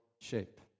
shape